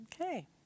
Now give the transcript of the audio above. Okay